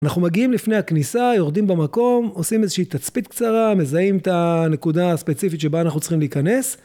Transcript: אנחנו מגיעים לפני הכניסה, יורדים במקום, עושים איזושהי תצפית קצרה, מזהים את הנקודה הספציפית שבה אנחנו צריכים להיכנס.